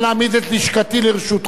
אני מוכן להעמיד את לשכתי לרשותכם,